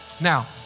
Now